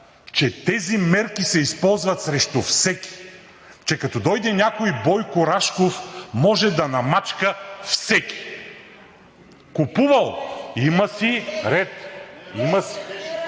че тези мерки се използват срещу всеки, че като дойде някой Бойко Рашков, може да намачка всеки. Купувал! Има си ред.